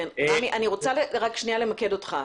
אני רוצה למקד אותך.